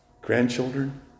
Grandchildren